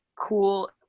cool